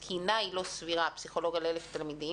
התקינה היא לא סבירה, פסיכולוג על 1,000 תלמידים.